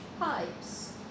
pipes